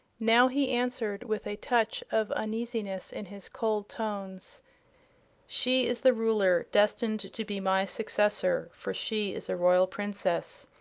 now he answered, with a touch of uneasiness in his cold tones she is the ruler destined to be my successor, for she is a royal princess.